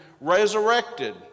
resurrected